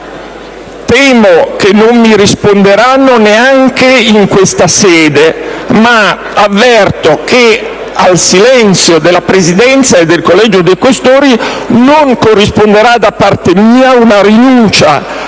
Temo che non mi risponderanno neanche in questa sede, ma avverto che al silenzio della Presidenza e del Collegio dei senatori Questori non corrisponderà da parte mia una rinuncia